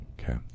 Okay